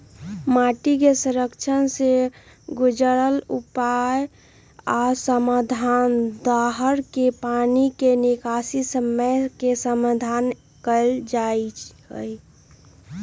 माटी के संरक्षण से जुरल उपाय आ समाधान, दाहर के पानी के निकासी समस्या के समाधान कएल जाइछइ